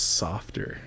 softer